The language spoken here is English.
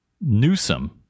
Newsom